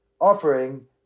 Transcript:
offering